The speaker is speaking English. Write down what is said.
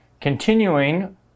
Continuing